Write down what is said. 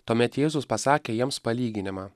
tuomet jėzus pasakė jiems palyginimą